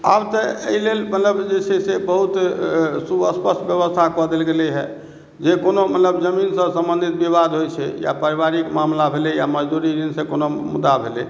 आब तऽ एहिलेल मतलब जे छै से बहुत सुस्पष्ट बेबस्था कऽ देल गेलैए जे कोनो मतलब जमीनसँ सम्बन्धित विवाद होइ छै या परिवारिक मामला भेलै या मजदूरी दिनसँ कोनो मुदा भेलै